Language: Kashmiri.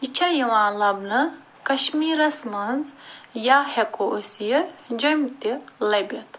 یہِ چھِ یِوان لبنہٕ کَشمیٖرَس منٛز یا ہیٚکَو أسۍ یہِ جوٚمہِ تہِ لٔبِتھ